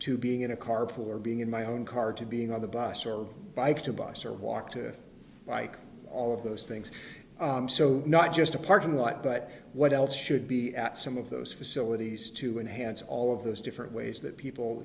to being in a carpool or being in my own car to being on the bus or bike to a bus or walk to bike all of those things so not just a parking lot but what else should be at some of those sillett east to enhance all of those different ways that people